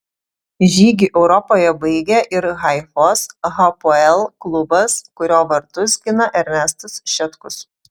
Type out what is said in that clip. žygį europoje baigė ir haifos hapoel klubas kurio vartus gina ernestas šetkus